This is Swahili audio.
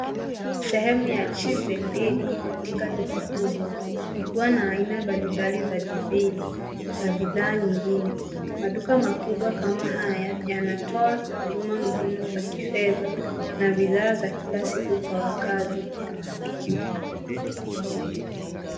Sehemu ya cheese & deli katika duka kubwa ikikuwa na aina mbalimbali za jibini na bidhaa nyingine. Maduka makubwa kama haya yanatoa huduma muhimu za kifedha na bidhaa za kila siku kwa wakazi.